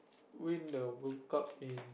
win the World Cup in